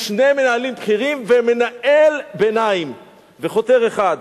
שני מנהלים בכירים, מנהל ביניים וחותר אחד.